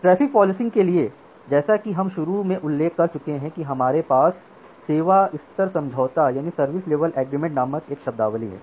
traffic policing के लिए जैसा कि हम शुरू में उल्लेख कर चुके हैं कि हमारे पास सेवा स्तर समझौते नामक एक शब्दावली है